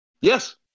Yes